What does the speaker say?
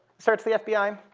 search the fbi,